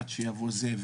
עד שיבוא זה,